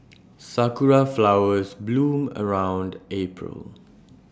Sakura Flowers bloom around April